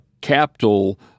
capital